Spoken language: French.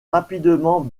rapidement